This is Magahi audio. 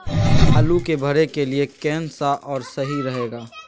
आलू के भरे के लिए केन सा और सही रहेगा?